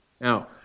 Now